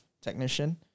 technician